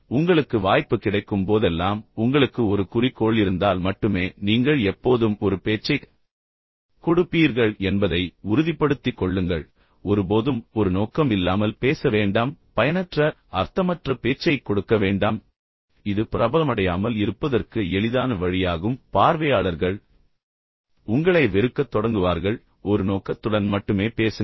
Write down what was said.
உங்களுக்கு வாய்ப்பு கிடைக்கும் போதெல்லாம் உங்களுக்கு ஒரு குறிக்கோள் இருந்தால் மட்டுமே நீங்கள் எப்போதும் ஒரு பேச்சைக் கொடுப்பீர்கள் என்பதை உறுதிப்படுத்திக் கொள்ளுங்கள் ஒருபோதும் ஒரு நோக்கம் இல்லாமல் பேச வேண்டாம் பயனற்ற அர்த்தமற்ற பேச்சைக் கொடுக்க வேண்டாம் இது பிரபலமடையாமல் இருப்பதற்கு எளிதான வழியாகும் பார்வையாளர்கள் உங்களை வெறுக்கத் தொடங்குவார்கள் உங்களிடமிருந்து ஓடிவிடுவார்கள் ஒரு நோக்கத்துடன் மட்டுமே பேசுங்கள்